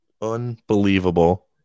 Unbelievable